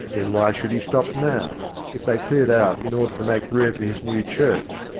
then why should he stop now? if they cleared out in order to make room for his new church,